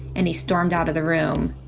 and he stormed out of the room.